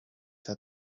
that